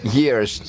years